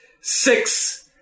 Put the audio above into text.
six